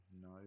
no